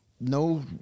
No